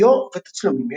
דיו ותצלומים ישנים.